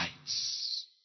lights